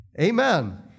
Amen